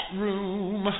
room